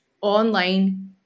online